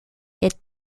est